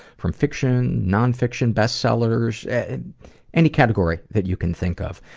from fiction, non-fiction, best sellers, and any category that you can think of.